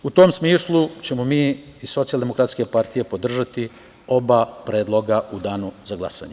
U tom smislu ćemo mi iz Socijaldemokratske partije podržati oba predloga u danu za glasanje.